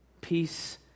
Peace